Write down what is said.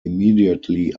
immediately